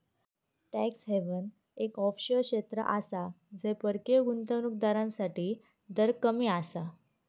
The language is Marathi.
टॅक्स हेवन एक ऑफशोअर क्षेत्र आसा जय परकीय गुंतवणूक दारांसाठी दर कमी आसा